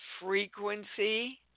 frequency